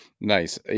Nice